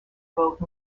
vote